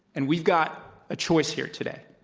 and we've got a choice here today.